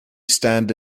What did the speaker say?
stand